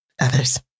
others